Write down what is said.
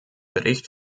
bericht